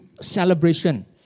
celebration